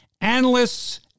analysts